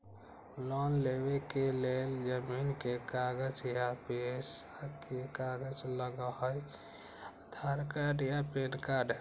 Loan लेवेके लेल जमीन के कागज या पेशा के कागज लगहई या आधार कार्ड या पेन कार्ड?